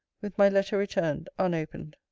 with my letter returned, unopened.